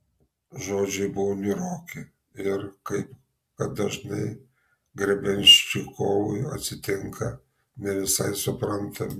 žodžiai buvo niūroki ir kaip kad dažnai grebenščikovui atsitinka ne visai suprantami